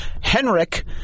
Henrik